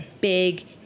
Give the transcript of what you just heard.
big